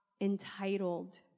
entitled